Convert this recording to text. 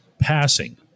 passing